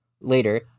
later